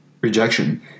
rejection